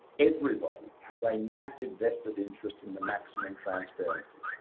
everybody has a massive vested interest in the maximum transparency.